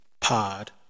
pod